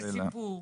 לי סיפור,